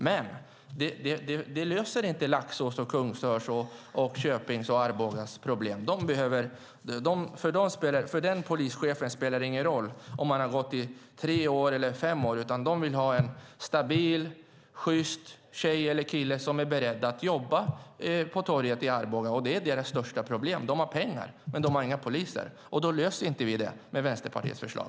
Men det löser inte problemet för Laxå, Kungsör, Köping och Arboga. För de polischeferna spelar det ingen roll om man studerat tre år eller fem år. De vill ha stabila, sjysta tjejer och killar som är beredda att jobba på torget på dessa orter. Deras stora problem är att de har pengar men inga poliser, och det problemet löser vi inte med Vänsterpartiets förslag.